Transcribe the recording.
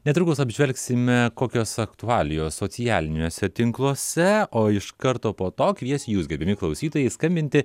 netrukus apžvelgsime kokios aktualijos socialiniuose tinkluose o iš karto po to kviesiu jus gerbiami klausytojai skambinti